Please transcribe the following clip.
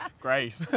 Great